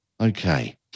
Okay